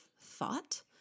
thought